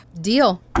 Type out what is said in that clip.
Deal